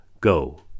Go